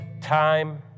time